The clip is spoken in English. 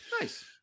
Nice